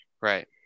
Right